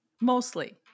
Mostly